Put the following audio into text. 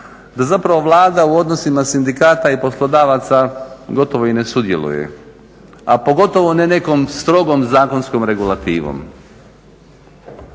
da zapravo Vlada u odnosima sindikata i poslodavaca gotovo i ne sudjeluje, a pogotovo ne nekom strogom zakonskom regulativom.